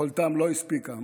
יכולתם לא הספיקה.